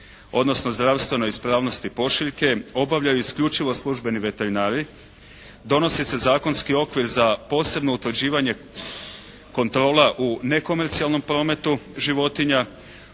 odnosno zdravstvenoj ispravnosti pošiljke obavljaju isključivo službeni veterinari, donosi se zakonski okvir za posebno utvrđivanje kontrola u nekomercijalnom prometu životinja,